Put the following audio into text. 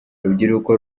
urubyiruko